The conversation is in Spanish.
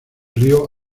río